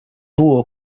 dúo